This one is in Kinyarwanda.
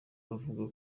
bavuga